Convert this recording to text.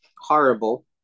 horrible